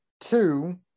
two